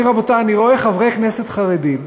אני, רבותי, אני רואה חברי כנסת חרדים,